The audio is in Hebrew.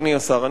אדוני השר,